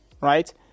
Right